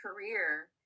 career